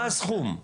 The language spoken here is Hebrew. מה הסכום?